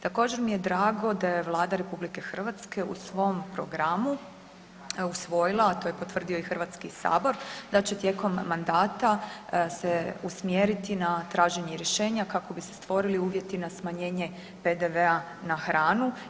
Također mi je drago da je Vlada Republike Hrvatske u svom programu usvojila, a to je potvrdio i Hrvatski sabor, da će tijekom mandata se usmjeriti na traženje rješenja kako bi se stvorili uvjeti na smanjenje PDV-a na hranu.